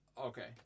Okay